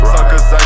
Suckers